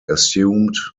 assumed